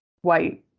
white